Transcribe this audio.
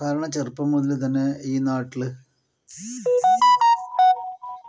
കാരണം ചെറുപ്പം മുതൽ തന്നെ ഈ നാട്ടിൽ